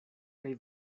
kaj